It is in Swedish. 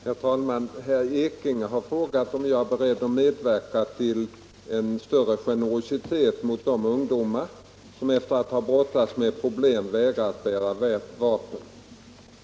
Herr talman! Herr Ekinge har frågat om jag är beredd att medverka till en större generositet mot de ungdomar som, efter att ha brottats med problemet, vägrar att bära vapen.